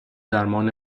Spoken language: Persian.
درمان